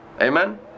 Amen